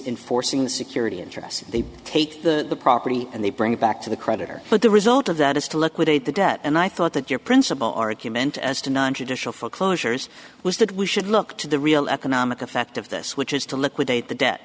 enforcing the security interest they take the property and they bring it back to the creditor but the result of that is to liquidate the debt and i thought that your principal argument as to nontraditional foreclosures was that we should look to the real economic effect of this which is to liquidate the debt